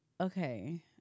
okay